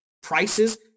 prices